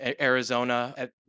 Arizona